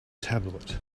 tablet